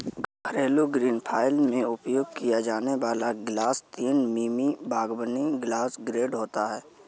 घरेलू ग्रीनहाउस में उपयोग किया जाने वाला ग्लास तीन मिमी बागवानी ग्लास ग्रेड होता है